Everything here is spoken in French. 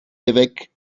évêques